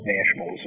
National